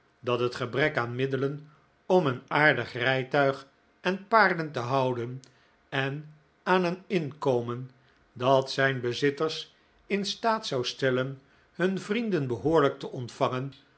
dat het gebrek aan middelen om een aardig rijtuig en paarden te houden en aan een inkomen dat zijn bezitters in staat zou stellen hun vrienden behoorlijk te ontvangen